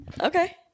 Okay